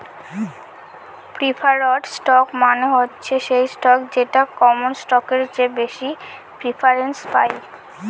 preferred stock মানে হচ্ছে সেই স্টক যেটা কমন স্টকের চেয়ে বেশি প্রিফারেন্স পায়